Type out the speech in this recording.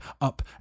up